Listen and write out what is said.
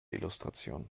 illustration